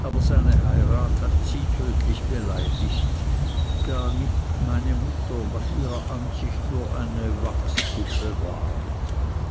aber seine heirat hatte sie tödlich beleidigt da meine mutter nach ihrer ansicht nur eine wachspuppe war